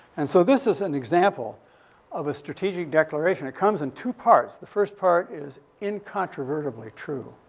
and so this is an example of a strategic declaration. it comes in two parts. the first part is incontrovertibly true.